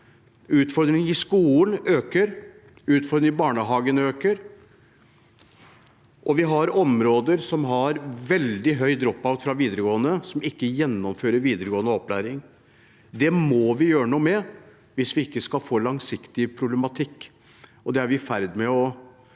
utfordringene i skolen øker, utfordringene i barnehagen øker, og vi har områder som har veldig høy drop-out fra videregående, elever som ikke gjennomfører videregående opplæring. Det må vi gjøre noe med hvis vi ikke skal få problemer på lang sikt. Det ser vi at vi kan få